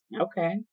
Okay